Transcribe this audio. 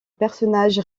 personnage